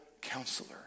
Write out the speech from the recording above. Counselor